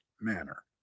manner